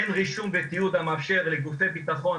אין רישום ותיעוד המאפשר לגופי ביטחון